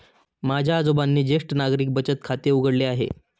माझ्या आजोबांनी ज्येष्ठ नागरिक बचत खाते उघडले आहे